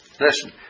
Listen